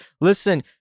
Listen